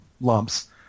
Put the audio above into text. lumps